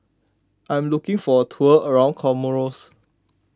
I am looking for a tour around Comoros